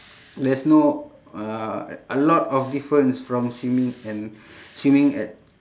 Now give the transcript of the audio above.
there's no uh a lot of difference from swimming and swimming at